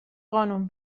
قانون